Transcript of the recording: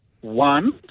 one